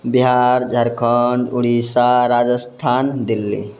Bihar Jharkhand Odisha Rajasthan Delhi